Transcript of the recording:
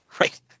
right